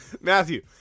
Matthew